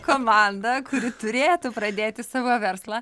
komanda kuri turėtų pradėti savo verslą